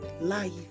life